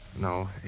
No